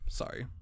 sorry